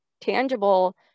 tangible